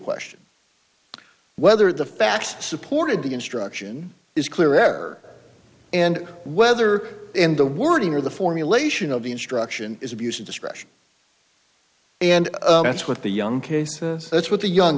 question whether the facts supported the instruction is clear air and whether in the wording or the formulation of the instruction is abuse of discretion and that's what the young case that's what the young